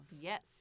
Yes